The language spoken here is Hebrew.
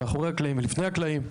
מאחורי הקלעים ולפני הקלעים.